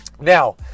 Now